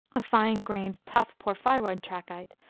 a fine-grained, tough porphyroid trachyte,